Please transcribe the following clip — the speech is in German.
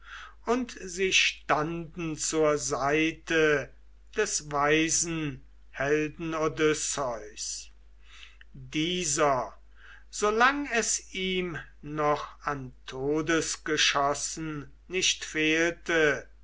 und sie standen zur seite des weisen helden odysseus dieser solang es ihm noch an todesgeschosse nicht fehlte